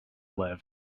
live